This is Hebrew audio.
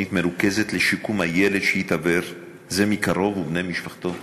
תוכנית מרוכזת לשיקום הילד שהתעוור זה מקרוב ובני משפחתו.